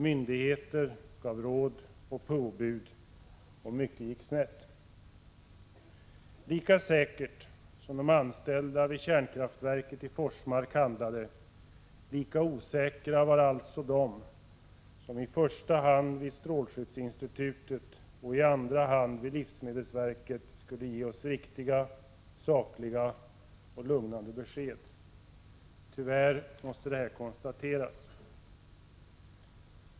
Myndigheter gav råd och påbud, och mycket gick snett. Lika säkert som de anställda vid kärnkraftverket i Forsmark handlade, lika osäkra var alltså de som, i första hand vid SSI och i andra hand vid livsmedelsverket, skulle ge oss riktiga, sakliga och lugnande besked. Detta måste tyvärr konstateras.